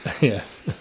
Yes